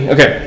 Okay